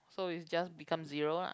so it just become zero lah